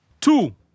Two